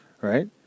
Right